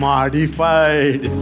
Modified